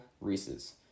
Reese's